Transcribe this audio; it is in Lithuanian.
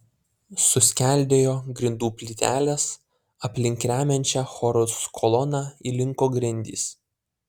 suskeldėjo grindų plytelės aplink remiančią chorus koloną įlinko grindys